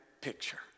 picture